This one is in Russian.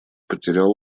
потерял